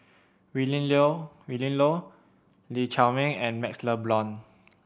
Willin Willin Low Lee Chiaw Meng and MaxLe Blond